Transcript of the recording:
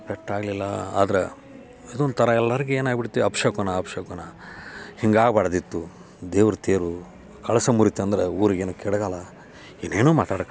ಪೆಟ್ಟಾಗಲಿಲ್ಲ ಆದರೆ ಅದೊಂದು ಥರ ಎಲ್ಲರ್ಗೂ ಏನು ಆಗ್ಬಿಡ್ತು ಅಪಶಕುನ ಅಪಶಕುನ ಹೀಗಾಗ್ಬಾಡ್ದಿತ್ತು ದೇವ್ರ ತೇರು ಕಳಶ ಮುರಿತಂದ್ರೆ ಊರಿಗೇನು ಕೇಡುಗಾಲ ಏನೇನೋ ಮಾತಾಡಕತ್ರು